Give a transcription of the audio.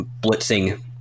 blitzing